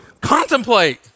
contemplate